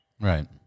right